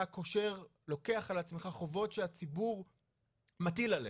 אתה לוקח על עצמך חובות שהציבור מטיל עלייך,